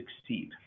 succeed